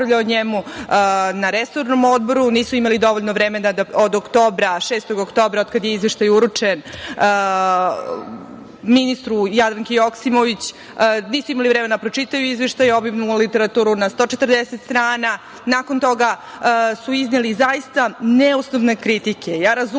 na resornom Odboru, nisu imali dovoljno vremena da od 6. oktobra, od kad je Izveštaj uručen ministru Jadranki Joksimović, nisu imali vremena da pročitaju Izveštaj i obimnu literaturu na 140 strana, nakon toga su izneli zaista neosnovane kritike. Ja razumem